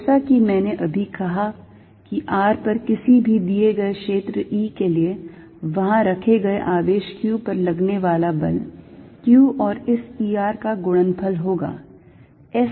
जैसा कि मैंने अभी कहा कि r पर किसी भी दिए गए क्षेत्र E के लिए वहां रखे गए आवेश q पर लगने वाला बल q और इस E r का गुणनफल होगा